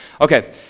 Okay